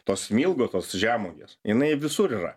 tos smilgos tos žemuogės jinai visur yra